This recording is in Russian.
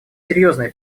серьезные